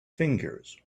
fingers